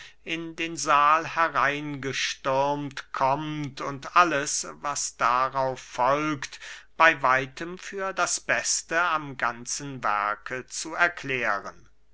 in den sahl hereingestürmt kommt und alles was darauf folgt bey weitem für das beste am ganzen werke zu erklären